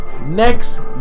next